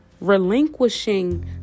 relinquishing